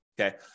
Okay